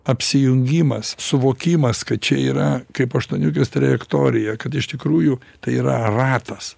apsijungimas suvokimas kad čia yra kaip aštuoniukės trajektorija kad iš tikrųjų tai yra ratas